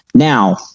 Now